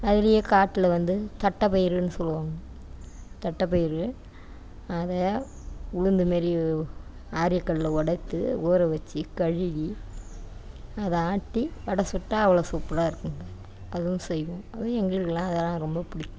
அதுலேயே காட்ல வந்து தட்டை பயிறுன்னு சொல்லுவாங்க தட்டை பயிறு அதை உளுந்துமாரி ஆறியக்கல்லில் உடைத்து ஊறவச்சு கழுவி அதை ஆட்டி வடை சுட்டால் அவ்வளோ சூப்பராக இருக்கும்ங்க அதுவும் செய்வோம் அதுவும் எங்களுக்குலாம் அதலாம் ரொம்ப பிடிக்கும்